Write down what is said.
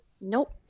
Nope